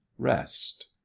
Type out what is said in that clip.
rest